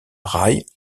rails